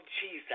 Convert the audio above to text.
Jesus